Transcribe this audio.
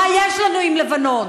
מה יש לנו עם לבנון?